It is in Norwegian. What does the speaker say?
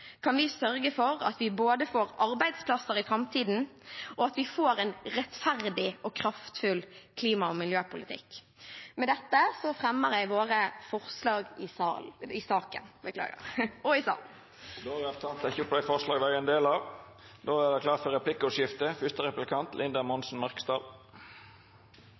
kan vi sørge for at vi får både arbeidsplasser i framtiden og en rettferdig og kraftfull klima- og miljøpolitikk. Med dette fremmer jeg våre forslag i saken. Representanten Sofie Marhaug har teke opp dei forslaga ho refererte til. Det vert replikkordskifte. Raudt seier nei til elektrifisering av